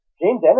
James